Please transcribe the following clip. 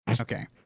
Okay